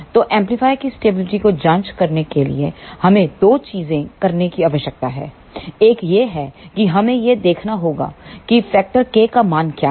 तो एम्पलीफायर की स्टेबिलिटी को जांच करने के लिए हमें दो चीजें करने की आवश्यकता है एक यह है कि हमें यह देखना होगा क की फैक्टर K का मान क्या है